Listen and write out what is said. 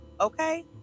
okay